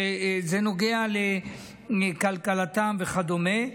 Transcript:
שזה נוגע לכלכלתם וכדומה.